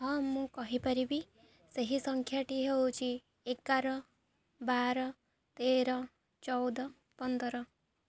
ହଁ ମୁଁ କହିପାରିବି ସେହି ସଂଖ୍ୟାଟି ହେଉଛି ଏଗାର ବାର ତେର ଚଉଦ ପନ୍ଦର